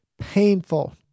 painful